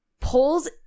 pulls